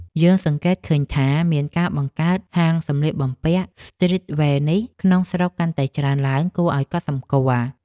យើងសង្កេតឃើញថា មានការបង្កើតហាងសម្លៀកបំពាក់ស្ទ្រីតវែរក្នុងស្រុកកាន់តែច្រើនឡើងគួរឱ្យកត់សម្គាល់។